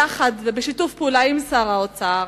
ובשיתוף פעולה עם שר האוצר,